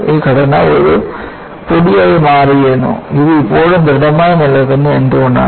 ഈ ഘടന ഒരു പൊടിയായി മാറുമായിരുന്നു ഇത് ഇപ്പോഴും ദൃഢമായി നിലനിൽക്കുന്നത് എന്തുകൊണ്ടാണ്